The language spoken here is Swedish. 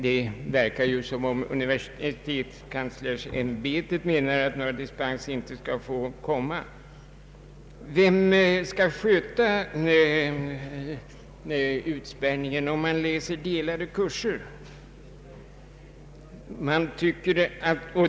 Det verkar som om universitetskanslersämbetet menar att några dispenser inte skall förekomma. Vem skall sköta utspärrningen för dem som läser delade kurser?